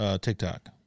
TikTok